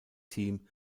team